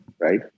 right